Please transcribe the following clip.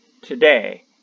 Today